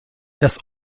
das